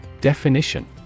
Definition